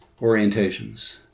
orientations